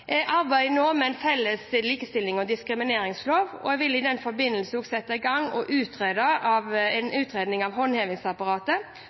Jeg arbeider nå med en ny felles likestillings- og diskrimineringslov, og jeg vil i den forbindelse også sette i gang en utredning av håndhevingsapparatet,